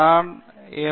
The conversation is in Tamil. நான் என் எம்